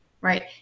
right